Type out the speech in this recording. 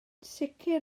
sicr